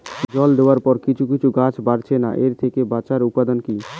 জল দেওয়ার পরে কিছু কিছু গাছ বাড়ছে না এর থেকে বাঁচার উপাদান কী?